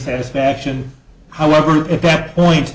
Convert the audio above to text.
satisfaction however at that point